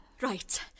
Right